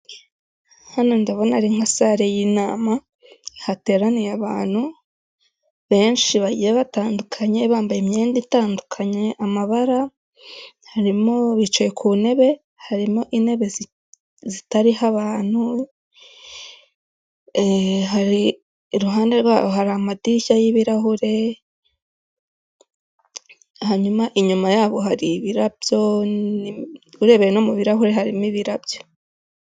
Hano ndabona ari nka sare y'inama, hateraniye abantu benshi bagiye batandukanye, bambaye imyenda itandukanye amabara, bicaye ku ntebe, harimo intebe zitarimo abantu, iruhande rwabo hari amadirishya y'ibirahure, hanyuma inyuma yabo hari ibirabyo, urebeye no mu birahure hari ibirabyo.